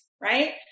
right